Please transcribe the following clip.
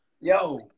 Yo